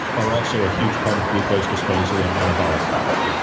are also a huge part of glucose disposal and metabolic health.